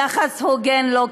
יחס הוגן לא קיבלו,